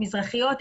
מזרחיות,